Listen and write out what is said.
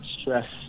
stress